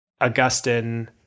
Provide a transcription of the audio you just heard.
Augustine